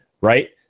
right